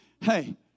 Hey